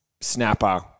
snapper